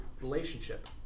relationship